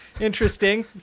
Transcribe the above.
Interesting